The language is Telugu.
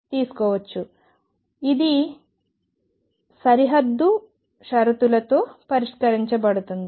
ఇది మరియు ఇది సరిహద్దు షరతులతో పరిష్కరించబడుతుంది